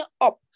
up